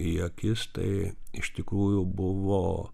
į akis tai iš tikrųjų buvo